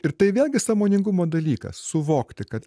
ir tai vėlgi sąmoningumo dalykas suvokti kad